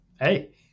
hey